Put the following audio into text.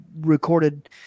recorded